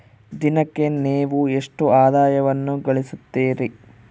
ದಿನಕ್ಕೆ ನೇವು ಎಷ್ಟು ಆದಾಯವನ್ನು ಗಳಿಸುತ್ತೇರಿ?